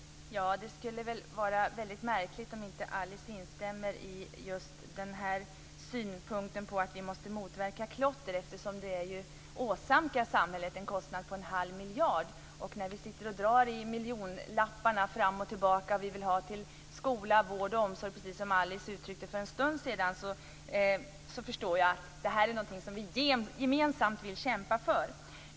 Fru talman! Det skulle väl vara väldigt märkligt om inte Alice instämde i just den här synpunkten att vi måste motverka klotter. Det åsamkar ju samhället en kostnad på en halv miljard kronor. När vi sitter och drar i miljonerna fram och tillbaka och vill ha till skola, vård och omsorg, precis som Alice uttryckte för en stund sedan, så förstår jag att det här är något som vi gemensamt vill kämpa för.